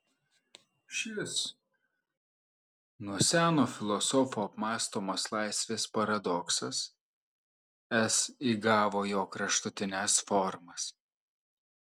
šis nuo seno filosofų apmąstomas laisvės paradoksas es įgavo jo kraštutines formas